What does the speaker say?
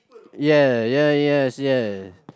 ya ya yes yes